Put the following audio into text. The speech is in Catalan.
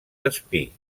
despí